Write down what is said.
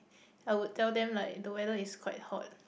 I would tell them like the weather is quite hot